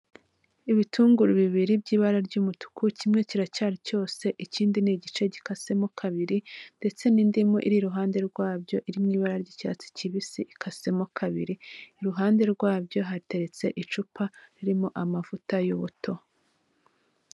Ibitunguru bibiri by'ibara ry'umutuku, kimwe kiracyari cyose, ikindi ni igice gikasemo kabiri ndetse n'indimu iri iruhande rwabyo iri mu ibara ry'icyatsi kibisi ikasemo kabiri, iruhande rwabyo hateretse icupa ririmo amavuta y'ubuto.